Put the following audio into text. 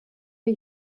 wir